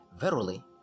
Verily